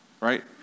right